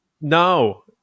No